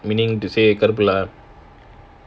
meaning to say கருப்புலா:karupulaa